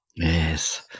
Yes